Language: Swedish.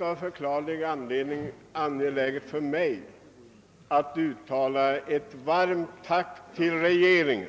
Av förklarlig anledning är det för mig angeläget att uttala ett varmt tack till regeringen